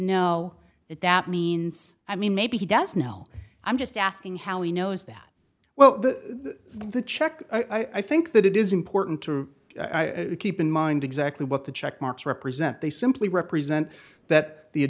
if that means i mean maybe he does know i'm just asking how he knows that well the check i think that it is important to keep in mind exactly what the check marks represent they simply represent that the